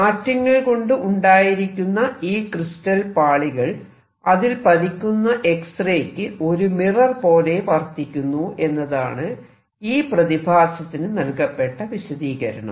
ആറ്റങ്ങൾ കൊണ്ട് ഉണ്ടായിരിക്കുന്ന ഈ ക്രിസ്റ്റൽ പാളികൾ അതിൽ പതിക്കുന്ന എക്സ്റേയ്ക്ക് ഒരു മിറർ പോലെ വർത്തിക്കുന്നു എന്നതാണ് ഈ പ്രതിഭാസത്തിനു നൽകപ്പെട്ട വിശദീകരണം